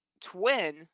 twin